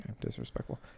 Disrespectful